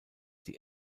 die